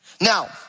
Now